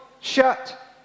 shut